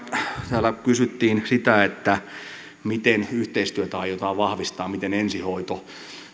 täällä kysyttiin sitä miten yhteistyötä aiotaan vahvistaa miten ensihoito